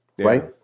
right